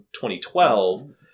2012